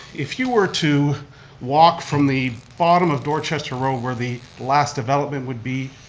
if you were to walk from the bottom of dorchester road where the last development would be,